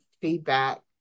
feedback